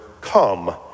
come